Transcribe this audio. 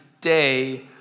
day